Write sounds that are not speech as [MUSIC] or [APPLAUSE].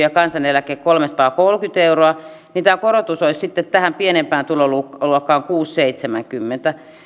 [UNINTELLIGIBLE] ja kansaneläke kolmesataakolmekymmentä euroa niin tämä korotus olisi sitten tähän pienempään tuloluokkaan kuusi pilkku seitsemänkymmentä